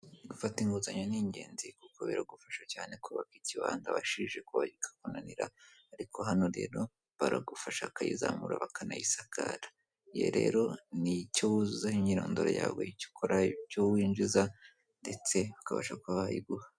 Gufata inguzanyo ni ingenzi kuko biragufasha cyane kubaka ikibanza washije ki kakunanira ariko hano rero baragufasha bakayizamura ,bakayisakara. Iyi rero nicyo w'uzuzaho imyirondoro yawe ,icyo ukora ,icyo winjiza ndetse bakabasha kuba bayiguha.